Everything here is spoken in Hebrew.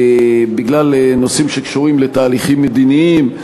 בגלל נושאים שקשורים לתהליכים מדיניים,